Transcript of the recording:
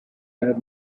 have